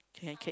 can okay